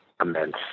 immense